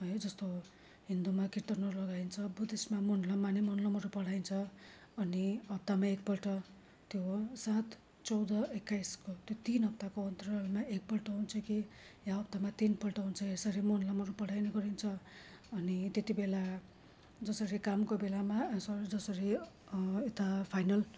है जस्तो हिन्दूमा किर्तनहरू लगाइन्छ बुद्धिस्टमा मोर्लम माणे मोर्लमहरू पढाइन्छ अनि हप्तामा एकपल्ट त्यो सात चौढ एक्काइसको तिन हप्ताको अन्तरालमा एकपल्ट हुन्छ कि या हप्तामा तिनपल्ट हुन्छ यसरी मोर्लमहरू पढाइने गरिन्छ अनि त्यतिबेला जसरी कामको बेलामा सरी जसरी यता फाइनल